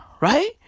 Right